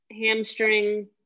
hamstring